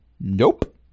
Nope